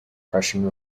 prussian